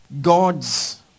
God's